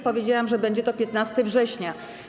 Powiedziałam, że będzie to 15 września.